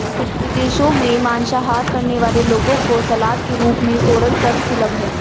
विदेशों में मांसाहार करने वाले लोगों को सलाद के रूप में सोरल सर्व सुलभ है